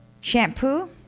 Shampoo